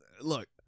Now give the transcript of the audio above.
look